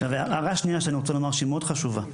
הערה שנייה שאני רוצה לומר, שהיא מאוד חשובה: